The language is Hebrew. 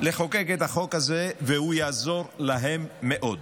לחוקק את החוק הזה, והוא יעזור להם מאוד.